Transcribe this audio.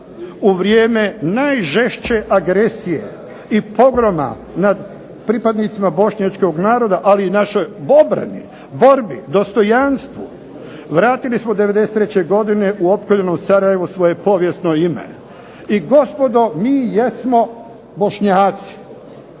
u vrijeme najžešće agresije i …/Ne razumije se./… nad pripadnicima bošnjačkog naroda, ali i našoj obrani, borbi, dostojanstvu, vratili smo '93. godine u opkoljenom Sarajevu svoje povijesno ime. I gospodo mi jesmo Bošnjaci.